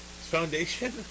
foundation